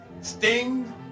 Sting